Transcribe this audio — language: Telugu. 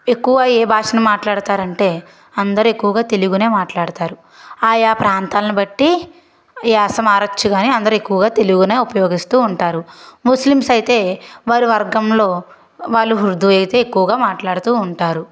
ఎక్కువ ఏ భాషను మాట్లాడుతారు అంటే అందరూ ఎక్కువగా తెలుగునే మాట్లాడుతారు ఆయా ప్రాంతాలను బట్టి యాస మారవచ్చు కాని అందరూ ఎక్కువగా తెలివినే ఉపయోగిస్తూ ఉంటారు ముస్లింస్ అయితే వారి వర్గంలో వాళ్ళు ఉర్దూ అయితే ఎక్కువగా మాట్లాడుతూ ఉంటారు